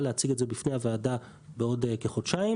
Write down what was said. להציג את זה בפני הוועדה בעוד כחודשיים,